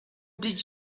did